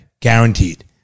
Guaranteed